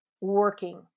working